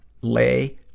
lay